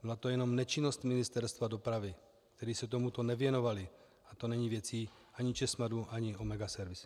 Byla to jen nečinnost Ministerstva dopravy, které se tomuto nevěnovalo, a to není věcí ani ČESMADu ani Omega servisu.